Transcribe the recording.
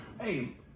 Hey